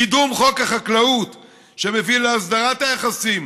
קידום חוק החקלאות שמביא להסדרת היחסים